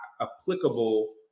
applicable